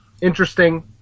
interesting